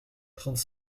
trente